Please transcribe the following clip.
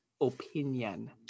opinion